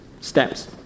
steps